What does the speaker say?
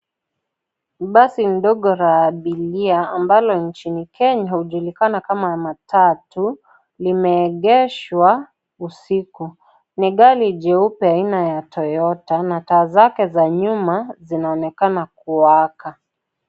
Basi ndogo la abiria ambalo nchini Kenya hujulikana kama matatu limeegeshwa usiku. Ni gari jeupe aina ya Toyota na taa zake za nyuma zinaonekana kuwaka.